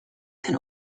can